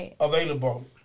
available